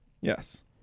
Yes